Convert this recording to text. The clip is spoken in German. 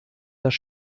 das